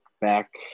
back